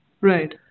Right